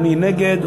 מי נגד?